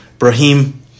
Brahim